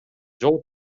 жол